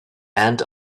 and